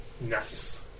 Nice